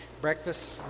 breakfast